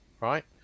right